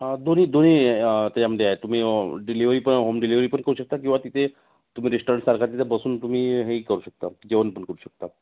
हां दोन्ही दोन्ही त्याच्यामध्ये आहे तुम्ही डिलेवरी पण होम डिलेवरी पण करू शकता किंवा तिथे तुम्ही रेस्टॉरंटसारखा तिथे बसून तुम्ही हे करू शकता जेवण पण करू शकता